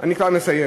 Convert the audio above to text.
אני כבר מסיים.